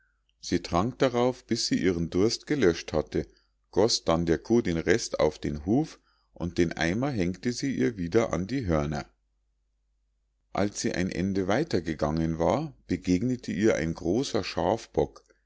sie trank darauf bis sie ihren durst gelöscht hatte goß dann der kuh den rest auf den huf und den eimer hängte sie ihr wieder an die hörner als sie ein ende weiter gegangen war begegnete ihr ein großer schafbock